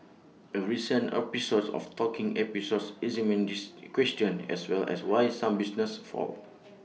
A recent episode of talking episode examined this question as well as why some businesses fail